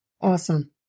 Awesome